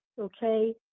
okay